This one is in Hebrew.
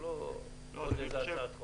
זה לא עוד איזה הצעת חוק.